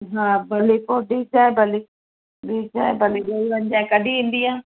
हा भले पोइ ठीकु आहे भली ॾिजांइ भली ॾेई वञजांइ कॾीं ईंदीअ